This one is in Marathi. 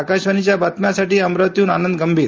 आकाशवाणीच्या बातम्यांसाठी अमरावतीहन मी आनंद गंभीर